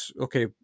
okay